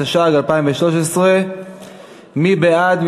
התשע"ג 2013. מי בעד?